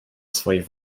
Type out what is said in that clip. swoich